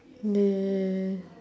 they